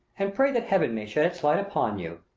and pray that heaven may shed its light upon you.